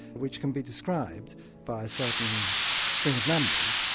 which can be described by a certain string of numbers,